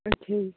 ਅੱਛਾ ਜੀ